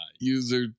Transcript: User